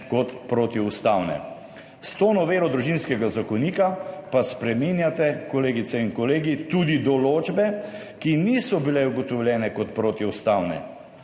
kot protiustavne. S to novelo Družinskega zakonika pa spreminjate, kolegice in kolegi, tudi določbe, ki niso bile ugotovljene kot protiustavne.